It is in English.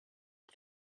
for